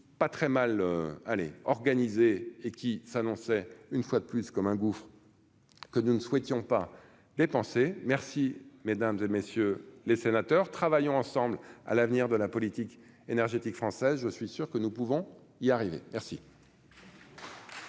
pas très mal allez organiser et qui s'annonçait une fois de plus, comme un gouffre que nous ne souhaitons pas dépenser merci mesdames et messieurs les sénateurs, travaillons ensemble à l'avenir de la politique énergétique française, je suis sûr que nous pouvons y arriver merci.